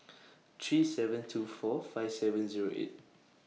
three seven two four five seven Zero eight